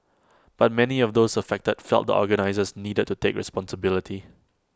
but many of those affected felt the organisers needed to take responsibility